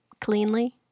cleanly